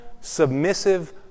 submissive